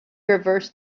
reversed